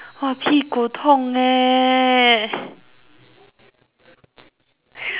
我屁股痛 leh